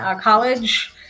college